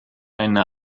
eine